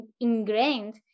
ingrained